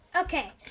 Okay